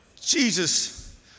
Jesus